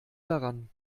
daran